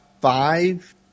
five